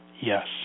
Yes